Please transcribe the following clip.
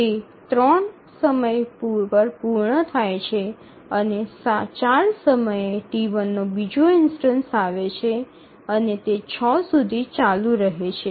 તે 3 દ્વારા પૂર્ણ થાય છે અને 4 સમયએ T1 નો બીજો ઇન્સ્ટનસ આવે છે અને તે ૬ સુધી ચાલુ રહે છે